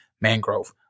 Mangrove